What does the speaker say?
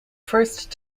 first